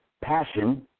passion